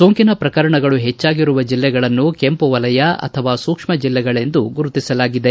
ಸೋಂಕಿನ ಪ್ರಕರಣಗಳು ಹೆಚ್ಚಾಗಿರುವ ಜಿಲ್ಲೆಗಳನ್ನು ಕೆಂಪು ವಲಯ ಅಥವಾ ಸೂಕ್ಷ್ಮ ಜಿಲ್ಲೆಗಳೆಂದು ಗುರುತಿಸಲಾಗಿದೆ